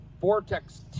Vortex